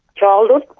childhood,